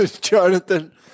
Jonathan